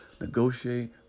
negotiate